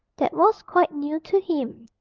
that was quite new to him.